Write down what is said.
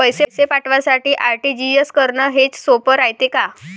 पैसे पाठवासाठी आर.टी.जी.एस करन हेच सोप रायते का?